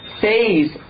phase